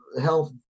health